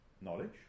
knowledge